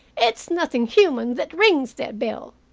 it's nothing human that rings that bell.